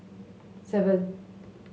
seven